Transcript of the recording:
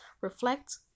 Reflect